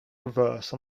reverse